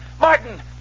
Martin